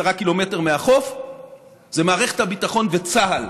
קילומטר מהחוף זה מערכת הביטחון וצה"ל.